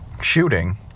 shooting